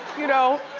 you know,